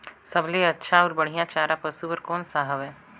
सबले अच्छा अउ बढ़िया चारा पशु बर कोन सा हवय?